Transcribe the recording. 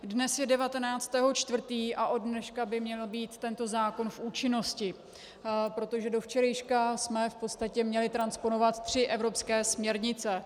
Dnes je 19. 4. a ode dneška by měl být tento zákon v účinnosti, protože do včerejška jsme v podstatě měli transponovat tři evropské směrnice.